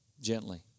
Gently